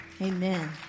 Amen